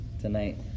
tonight